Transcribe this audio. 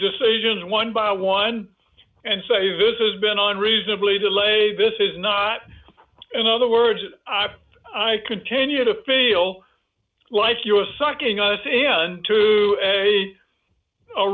decisions one by one and say this has been on reasonably delay this is not in other words i continue to feel like you're sucking up to do a